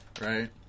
right